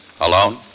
Alone